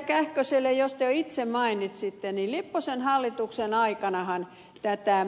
kähköselle kuten jo itse mainitsitte niin lipposen hallituksen aikanahan tätä